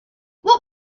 what